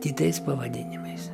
kitais pavadinimais